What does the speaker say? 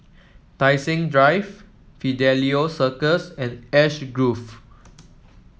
Tai Seng Drive Fidelio Circus and Ash Grove